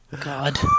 God